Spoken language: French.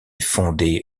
fondée